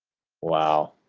wow.